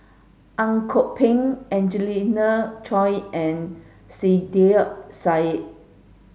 Ang Kok Peng Angelina Choy and Saiedah Said